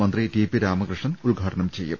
മന്ത്രി T P Ramakrishnan ഉദ്ഘാടനം ചെയ്യും